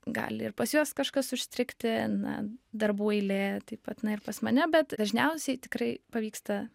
gali ir pas juos kažkas užstrigti na darbų eilė taip pat na ir pas mane bet dažniausiai tikrai pavyksta